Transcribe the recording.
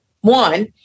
one